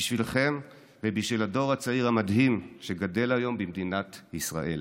בשבילכם ובשביל הדור הצעיר המדהים שגדל היום במדינת ישראל.